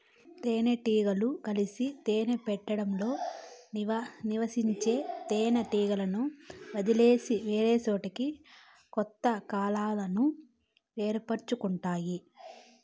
తేనె టీగలు కలిసి తేనె పెట్టలో నివసించే తేనె టీగలను వదిలేసి వేరేసోట కొత్త కాలనీలను ఏర్పరుచుకుంటాయి